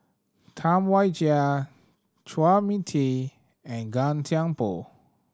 Tam Wai Jia Chua Mia Tee and Gan Thiam Poh